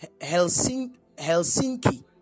Helsinki